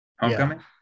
homecoming